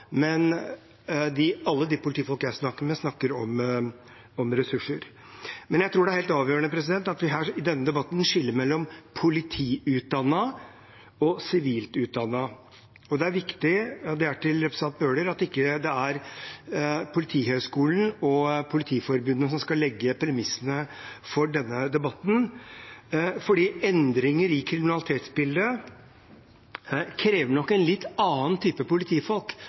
men alle politifolk jeg snakker med, snakker om ressurser. Jeg tror det er helt avgjørende at vi i denne debatten skiller mellom politiutdannet og sivilt utdannet. Det er viktig – og dette er til representanten Bøhler – at det ikke er Politihøgskolen og Politiets Fellesforbund som skal legge premissene for denne debatten. Endringer i kriminalitetsbildet krever nok en litt annen type politifolk.